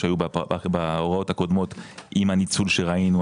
שהיו בהוראות הקודמות עם הניצול שראינו,